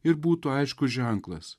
ir būtų aiškus ženklas